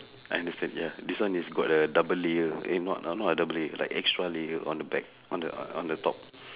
I understand ya this one is got a double layer eh not uh not a double layer like extra layer on the back on the on the top